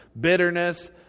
Bitterness